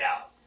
out